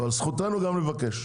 אבל זכותנו גם לבקש.